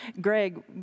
Greg